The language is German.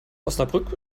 osnabrück